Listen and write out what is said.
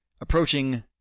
approaching